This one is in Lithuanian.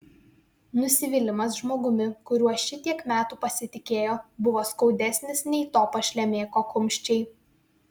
nusivylimas žmogumi kuriuo šitiek metų pasitikėjo buvo skaudesnis nei to pašlemėko kumščiai